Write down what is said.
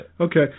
Okay